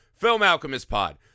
filmalchemistpod